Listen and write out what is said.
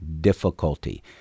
difficulty